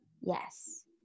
Yes